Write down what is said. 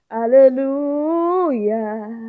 Hallelujah